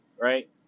right